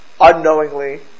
unknowingly